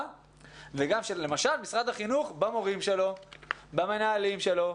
וגם למשל משרד החינוך במורים שלו ובמנהלים שלו.